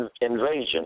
invasion